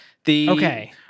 Okay